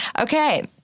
Okay